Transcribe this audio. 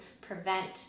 prevent